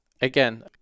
again